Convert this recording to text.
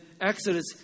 Exodus